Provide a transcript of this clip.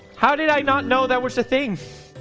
how did i not know? that was the thing?